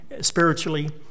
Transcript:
spiritually